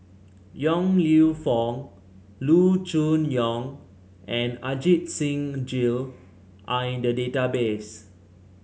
Yong Lew Foong Loo Choon Yong and Ajit Singh Gill are in the database